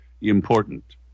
important